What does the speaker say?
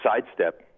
sidestep